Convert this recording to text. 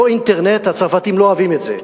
לא אינטרנט, הצרפתים לא אוהבים את זה.